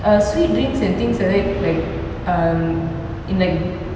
err sweet drinks and things like that like um in like